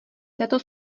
této